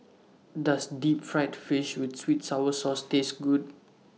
Does Deep Fried Fish with Sweet Sour Sauce Taste Good